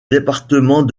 département